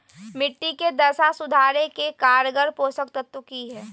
मिट्टी के दशा सुधारे के कारगर पोषक तत्व की है?